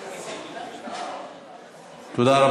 תודה.